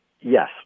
yes